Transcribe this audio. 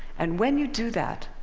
and when you do that,